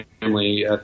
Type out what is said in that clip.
family